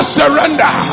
surrender